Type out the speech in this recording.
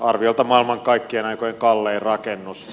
arviolta maailman kaikkien aikojen kallein rakennus